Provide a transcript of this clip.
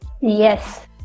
yes